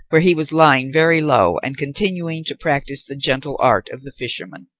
where he was lying very low and continuing to practise the gentle art of the fisherman.